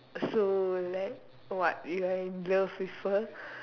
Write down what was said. so like what you are in love with her